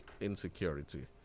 insecurity